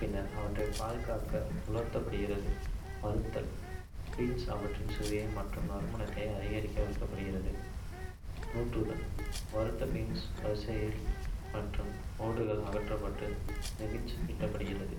பின்னர் அவற்றை பாதுகாக்க உலர்த்தப்படுகிறது. வறுத்தல் பீன்ஸ் அவற்றின் சுவை மற்றும் நறுமணத்தை அதிகரிக்க வறுக்கப்படுகிறது. தூற்றுதல் வறுத்த பீன்ஸ் விரிசல் மற்றும் ஓடுகள் அகற்றப்பட்டு, நிப்ஸ் விட்டுவிடப்படுகிறது.